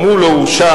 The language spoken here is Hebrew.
גם הוא לא הורשע,